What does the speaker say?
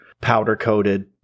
powder-coated